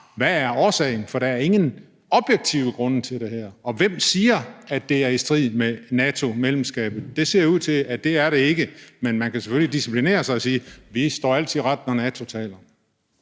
hvad årsagen er, for der er ingen objektive grunde til det her. Og hvem siger, at det er i strid med NATO-medlemskabet? Det ser det ikke ud til at være, men man kan selvfølgelig disciplinere sig og sige: Vi står altid ret, når NATO taler.